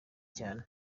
cyane